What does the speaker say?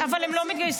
אבל הם לא מתגייסים.